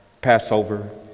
Passover